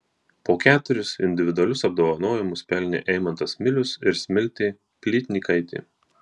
po keturis individualius apdovanojimus pelnė eimantas milius ir smiltė plytnykaitė